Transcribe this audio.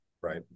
right